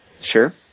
Sure